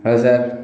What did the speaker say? hello sir